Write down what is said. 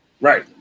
Right